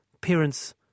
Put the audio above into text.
parents